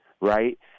Right